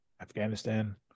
Afghanistan